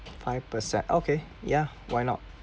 five percent okay ya why not